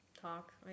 talk